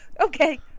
okay